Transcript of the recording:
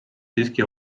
siiski